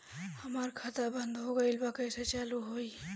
हमार खाता बंद हो गइल बा कइसे चालू होई?